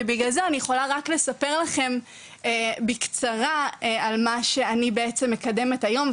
ובגלל זה אני יכולה לספר לכם בקצרה על מה שאני בעצם מקדמת היום,